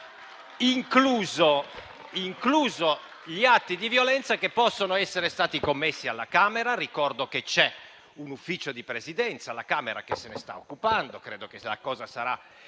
inclusi gli atti di violenza che possono essere stati commessi alla Camera. Ricordo che c'è un Ufficio di Presidenza alla Camera che se ne sta occupando e credo che la questione